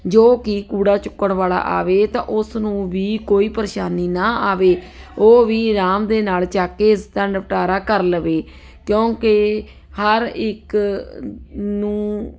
ਜੋ ਕਿ ਕੂੜਾ ਚੁੱਕਣ ਵਾਲਾ ਆਵੇ ਤਾਂ ਉਸ ਨੂੰ ਵੀ ਕੋਈ ਪਰੇਸ਼ਾਨੀ ਨਾ ਆਵੇ ਉਹ ਵੀ ਆਰਾਮ ਦੇ ਨਾਲ ਚੁੱਕ ਕੇ ਇਸਦਾ ਨਿਪਟਾਰਾ ਕਰ ਲਵੇ ਕਿਉਂਕਿ ਹਰ ਇੱਕ ਨੂੰ